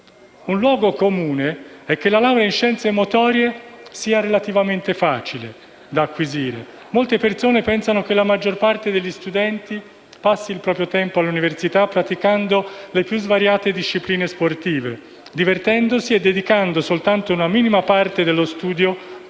Un luogo comune è che la laurea in scienze motorie sia relativamente facile da acquisire. Molte persone pensano che la maggior parte degli studenti passi il proprio tempo all'università praticando le più svariate discipline sportive, divertendosi e dedicando soltanto una minima parte allo studio